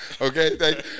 Okay